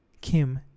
Kim